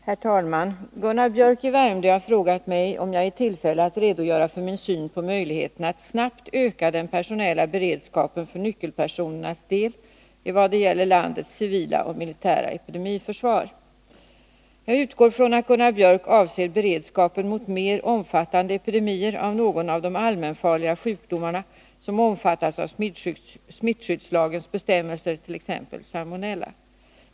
Herr talman! Gunnar Biörck i Värmdö har frågat mig om jag är i tillfälle att redogöra för min syn på möjligheterna att snabbt öka den personella beredskapen för nyckelpersonernas del, i vad det gäller landets civila och militära epidemiförsvar. Jag utgår från att Gunnar Biörck avser beredskapen mot mer omfattande epidemier av någon av de allmänfarliga sjukdomarna som omfattas av smittskyddslagens bestämmelser, t.ex. salmonella.